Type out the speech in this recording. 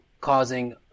causing